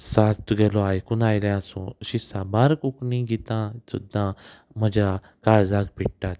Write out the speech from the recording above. साद तुगेलो आयकूंक आयलें आसूं अशीं साबार कोंकणी गितां सुद्दां म्हज्या काळजाक भिडटात